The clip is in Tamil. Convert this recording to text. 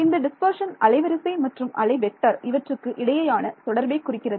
இந்த டிஸ்பர்ஷன் அலைவரிசை மற்றும் அலைவெக்டர் இவற்றுக்கு இடையேயான தொடர்பை குறிக்கிறது